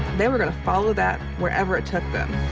they were gonna follow that wherever it took them.